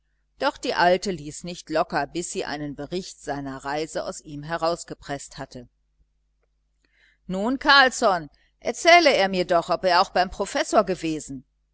doch die alte ließ nicht locker bis sie einen bericht seiner reise aus ihm herausgepreßt hatte nun carlsson erzähle er mir doch ob er auch beim professor gewesen